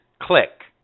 Click